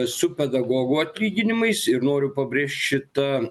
su pedagogų atlyginimais ir noriu pabrėžt šita